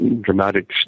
dramatic